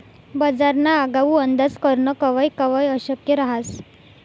बजारना आगाऊ अंदाज करनं कवय कवय अशक्य रहास